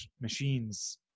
machines